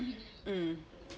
mm